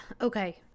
okay